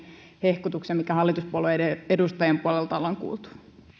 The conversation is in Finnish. hehkutuksen mikä hallituspuolueiden edustajien puolelta ollaan kuultu